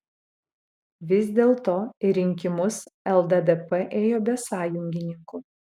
vis dėlto į rinkimus lddp ėjo be sąjungininkų